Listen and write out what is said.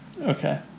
Okay